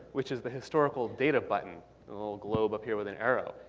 which is the historical data button, a little globe up here with an arrow.